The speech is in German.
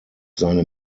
seine